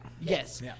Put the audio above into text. Yes